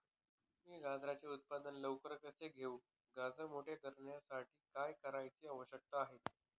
मी गाजराचे उत्पादन लवकर कसे घेऊ? गाजर मोठे करण्यासाठी काय करण्याची आवश्यकता आहे?